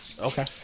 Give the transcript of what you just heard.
Okay